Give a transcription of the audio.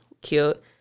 Cute